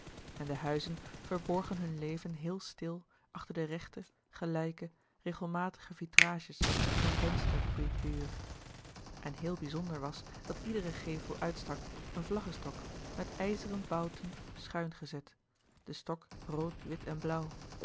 en de huizen verborgen hun leven heel stil achter de rechte gelijke regelmatige vitrages van vensterguipure en heel bizonder was dat iedere gevel uitstak een vlaggestok met ijzeren bouten schuin gezet den stok rood wit en blauw